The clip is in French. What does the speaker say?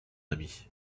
ami